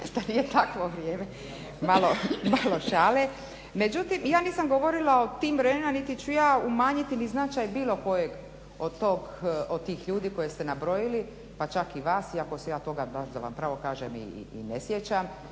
Da nije takvo vrijeme, malo šale. Međutim, ja nisam govorila o tim vremenima, niti ću ja umanjiti ni značaj bilo kojeg od tih ljudi koje ste nabrojili pa čak i vas iako se ja toga baš da vam pravo kažem i ne sjećam.